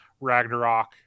ragnarok